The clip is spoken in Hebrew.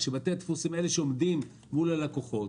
כאשר בתי הדפוס הם שעומדים מול הלקוחות.